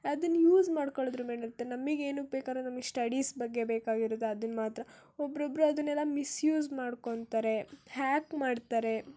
ಅದನ್ನ ಯೂಸ್ ಮಾಡ್ಕೊಳ್ಳೋದ್ರ ಮೇಲಿರುತ್ತೆ ನಮಗೆ ಏನಕ್ಕೆ ಬೇಕಾರೂ ನಮಗೆ ಸ್ಟಡೀಸ್ ಬಗ್ಗೆ ಬೇಕಾಗಿರೋದು ಅದನ್ನ ಮಾತ್ರ ಒಬ್ರೊಬ್ಬರು ಅದನ್ನೆಲ್ಲ ಮಿಸ್ಯೂಸ್ ಮಾಡ್ಕೊತಾರೆ ಹ್ಯಾಕ್ ಮಾಡ್ತಾರೆ